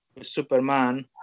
Superman